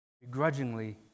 begrudgingly